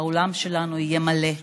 האולם שלנו יהיה מלא,